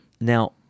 Now